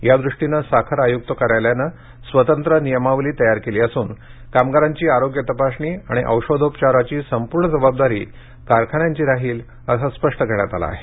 यादृष्टीनं साखर आयुक्त कार्यालयानं स्वतंत्र नियमावली तयार केली असून कामगारांची आरोग्य तपासणी आणि औषधोपचाराची संपूर्ण जबाबदारी कारखान्यांची राहील असं स्पष्ट करण्यात आलं आहे